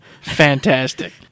Fantastic